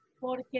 Porque